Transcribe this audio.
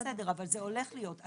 בסדר, אבל זה הולך להיות.